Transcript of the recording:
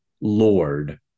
Lord